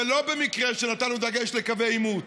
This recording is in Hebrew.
זה לא במקרה שנתנו דגש לקווי עימות,